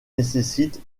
nécessitent